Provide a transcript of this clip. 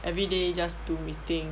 everyday just do meeting